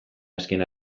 azken